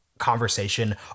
conversation